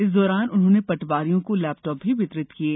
इस दौरान उन्होंने पटवारियों को लेपटॉप वितरित किये